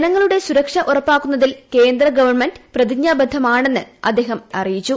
ജനങ്ങളുടെ സുരക്ഷ ഉറപ്പാക്കുന്നതിൽ കേന്ദ്രഗവൺമെന്റ് പ്രതിജ്ഞാബദ്ധമാണെന്ന് അദ്ദേഹം ജനങ്ങളെ അറിയിച്ചു